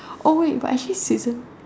oh wait but actually season